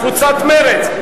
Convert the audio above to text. קבוצת מרצ,